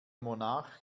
monarch